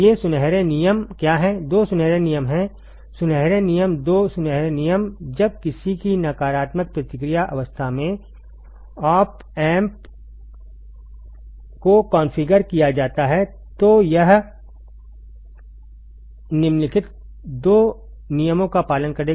ये सुनहरे नियम क्या हैं दो सुनहरे नियम हैं सुनहरे नियम दो सुनहरे नियम जब किसी भी नकारात्मक प्रतिक्रिया व्यवस्था में ऑप एम्प को कॉन्फ़िगर किया जाता है तो यह निम्नलिखित दो नियमों का पालन करेगा